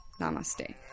Namaste